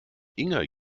inge